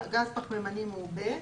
גז פחממני מעובה.